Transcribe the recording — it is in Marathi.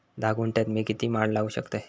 धा गुंठयात मी किती माड लावू शकतय?